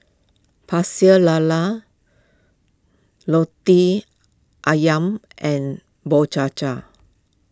Pecel Lala Roti Ayam and Bubur Cha Cha